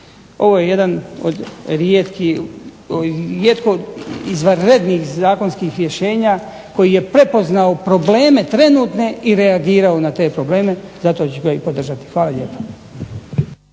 Ovo je jedan od rijetko izvanrednih zakonskih rješenja koji je prepoznao probleme trenutne i reagirao na te probleme, zato ću ga i podržati. Hvala lijepa.